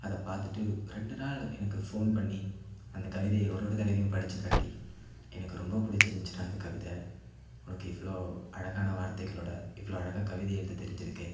அதைப் பார்த்துட்டு ரெண்டு நாள் எனக்கு ஃபோன் பண்ணி அந்த கவிதையை ஒரு ஒரு தடவையும் படித்துக்காட்டி எனக்கு ரொம்ப பிடிச்சிருந்துச்சிடா அந்த கவிதை உனக்கு இவ்வளோ அழகான வார்த்தைகளோடு இவ்வளோ அழகாக கவிதை எழுத தெரிஞ்சிருக்குது